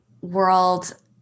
world